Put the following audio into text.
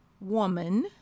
woman